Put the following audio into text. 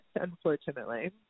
unfortunately